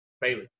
Bailey